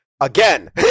again